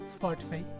Spotify